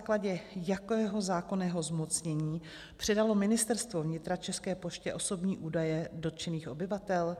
Na základě jakého zákonného zmocnění předalo Ministerstvo vnitra České poště osobní údaje dotčených obyvatel?